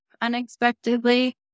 unexpectedly